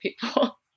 people